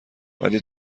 ولی